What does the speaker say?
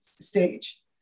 stage